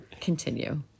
Continue